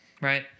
Right